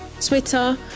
Twitter